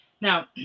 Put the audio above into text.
Now